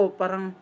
parang